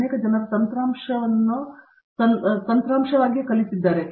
ಅನೇಕ ಜನರು ಸಹ ತಂತ್ರಾಂಶವನ್ನು ತಂತ್ರಾಂಶವಾಗಿ ಕಲಿತಿದ್ದಾರೆ